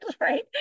right